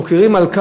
מוקירים אותם.